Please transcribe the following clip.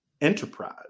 enterprise